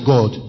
God